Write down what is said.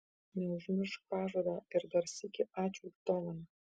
neužmiršk pažado ir dar sykį ačiū už dovaną